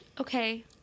Okay